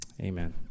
amen